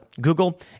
Google